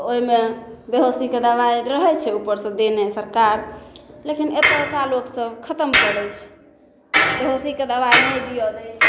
तऽ ओहिमे बेहोशीके दबाइ रहै छै ऊपर से देने सरकार लेकिन एतुका लोक सब खतम करै छै बेहोशीके दबाइ नहि दिअ दै छै